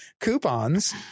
coupons